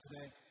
today